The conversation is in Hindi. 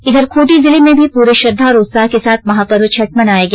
इधर खुंटी जिले में भी पुरे श्रद्वा और उत्साह के साथ महापर्व छठ मनाया गया